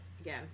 again